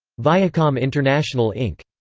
viacom international inc.